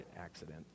accident